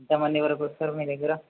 ఇంతమంది వరకు వస్తారు మీ దగ్గర